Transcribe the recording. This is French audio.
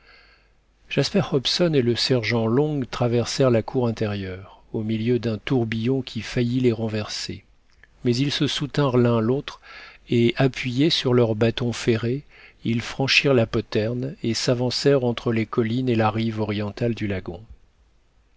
jasper hobson et le sergent long traversèrent la cour intérieure au milieu d'un tourbillon qui faillit les renverser mais ils se soutinrent l'un l'autre et appuyés sur leurs bâtons ferrés ils franchirent la poterne et s'avancèrent entre les collines et la rive orientale du lagon